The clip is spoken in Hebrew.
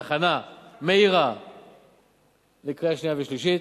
להכנה מהירה לקריאה שנייה ושלישית.